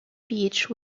beach